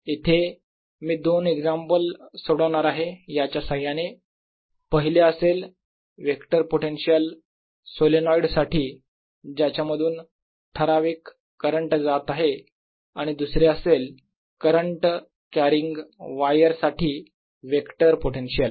इथे मी दोन एक्झाम्पल सोडवणार आहे याच्या साह्याने पहिले असेल वेक्टर पोटेन्शियल सोलेनोईड साठी ज्याच्या मधून ठराविक करंट जात आहे आणि दुसरे असेल करंट कॅरिंग वायर साठी वेक्टर पोटेन्शियल